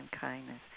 kindness